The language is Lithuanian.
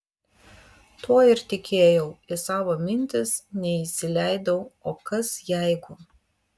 tuo ir tikėjau į savo mintis neįsileidau o kas jeigu